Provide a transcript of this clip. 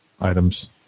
items